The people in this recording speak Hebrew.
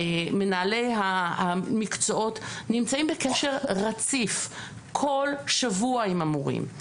מנהלי המקצועות נמצאים בקשר רציף כל שבוע עם המורים.